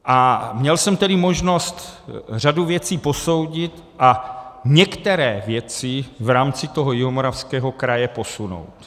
A měl jsem tedy možnost řadu věcí posoudit a některé věci v rámci toho Jihomoravského kraje posunout.